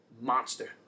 Monster